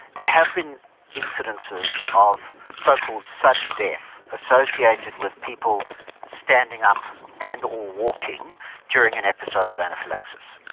there have been incidences of so-called sudden death associated with people standing up and or walking during an episode of anaphylaxis,